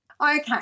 Okay